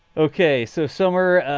ok, so summer.